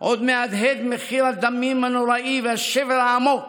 עוד מהדהד מחיר הדמים הנוראי והשבר העמוק